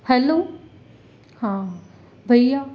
hello हा भईया